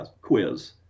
quiz